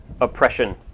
oppression